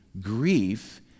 grief